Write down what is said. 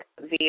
via